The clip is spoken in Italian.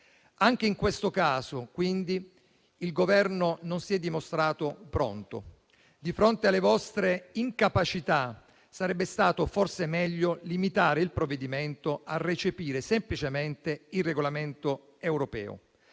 Anche in questo caso, quindi, il Governo non si è dimostrato pronto. Di fronte alle vostre incapacità, sarebbe stato forse meglio limitare il provvedimento a recepire semplicemente il regolamento europeo,